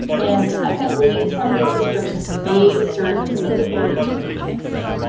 and secondly, some of these restrictions may serve as a motivator for change.